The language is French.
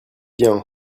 bien